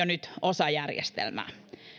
nyt osa järjestelmää